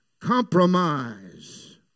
compromise